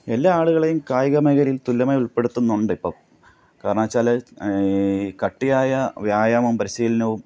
എല്ലാ ആളുകളേയും കായികമേഖലയില് തുല്യമായി ഉള്പ്പെടുത്തുന്നുണ്ടിപ്പം കാരണമെന്നുവെച്ചാൽ കട്ടിയായ വ്യായാമം പരിശീലനവും